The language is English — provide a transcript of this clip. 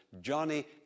Johnny